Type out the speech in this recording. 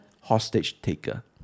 hostage-taker